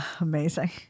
Amazing